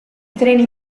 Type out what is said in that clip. treni